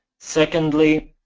secondly,